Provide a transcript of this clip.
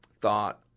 thought